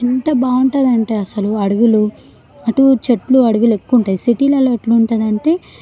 ఎంత బాగుంటుందంటే అసలు అడవులు అటు చెట్లు అడవులు ఎక్కువ ఉంటాయి సిటీలల్లో ఎట్లా ఉంటుందంటే